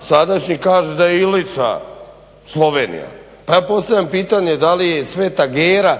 sadašnji, kaže da je Ilica Slovenija. Pa ja postavljam pitanje da li je i Sveta Gera